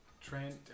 Trent